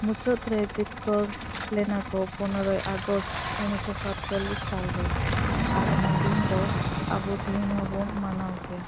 ᱢᱩᱪᱟᱹᱫ ᱨᱮ ᱡᱤᱛᱠᱟᱹᱨ ᱞᱮᱱᱟ ᱠᱚ ᱯᱚᱱᱮᱨᱳᱭ ᱟᱜᱚᱥᱴ ᱩᱱᱤᱥᱚ ᱥᱟᱛᱪᱚᱞᱤᱥ ᱥᱟᱞ ᱨᱮ ᱟᱨ ᱚᱱᱟ ᱫᱤᱱ ᱫᱚ ᱟᱵᱚ ᱛᱤᱦᱤᱧ ᱦᱚᱵᱚ ᱢᱟᱱᱟᱣ ᱜᱮᱭᱟ